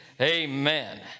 Amen